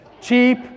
Cheap